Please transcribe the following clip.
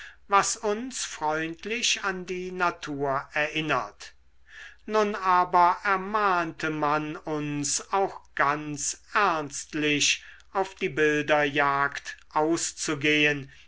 was uns freundlich an die natur erinnert nun aber ermahnte man uns auch ganz ernstlich auf die bilderjagd auszugehen